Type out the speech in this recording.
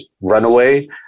runaway